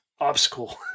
obstacle